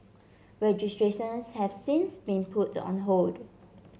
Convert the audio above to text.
registrations have since been put on hold